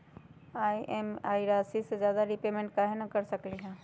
हम ई.एम.आई राशि से ज्यादा रीपेमेंट कहे न कर सकलि ह?